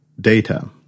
Data